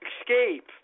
escape